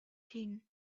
king